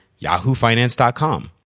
yahoofinance.com